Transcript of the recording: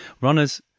Runners